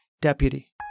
deputy